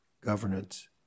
governance